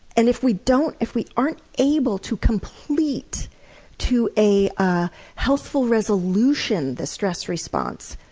and if we don't, if we aren't able to complete to a ah healthful resolution the stress response,